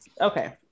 okay